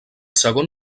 segon